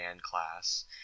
class